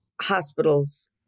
hospitals